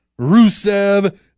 Rusev